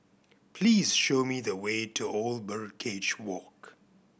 please show me the way to Old Birdcage Walk